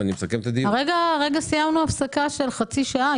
הרגע סיימנו הפסקה של חצי שעה.